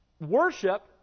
worship